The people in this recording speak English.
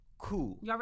cool